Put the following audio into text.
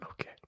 okay